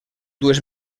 dues